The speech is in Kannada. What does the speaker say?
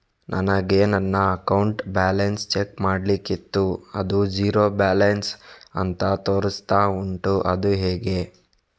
ನನಗೆ ನನ್ನ ಅಕೌಂಟ್ ಬ್ಯಾಲೆನ್ಸ್ ಚೆಕ್ ಮಾಡ್ಲಿಕ್ಕಿತ್ತು ಅದು ಝೀರೋ ಬ್ಯಾಲೆನ್ಸ್ ಅಂತ ತೋರಿಸ್ತಾ ಉಂಟು ಅದು ಹೇಗೆ?